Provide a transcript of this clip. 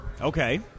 Okay